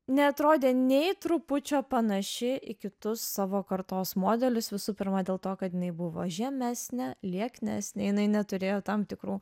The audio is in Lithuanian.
neatrodė nė trupučio panaši į kitus savo kartos modelius visų pirma dėl to kad jinai buvo žemesnė lieknesnė jinai neturėjo tam tikrų